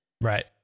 Right